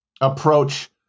approach